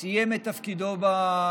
סיים את תפקידו ברשות,